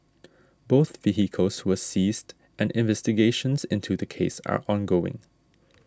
both vehicles were seized and investigations into the case are ongoing